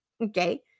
Okay